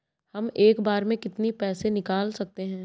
हम एक बार में कितनी पैसे निकाल सकते हैं?